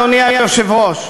אדוני היושב-ראש,